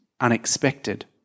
unexpected